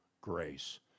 grace